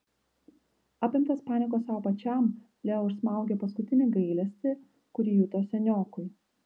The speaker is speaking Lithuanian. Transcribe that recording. apimtas paniekos sau pačiam leo užsmaugė paskutinį gailestį kurį juto seniokui